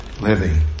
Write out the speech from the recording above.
living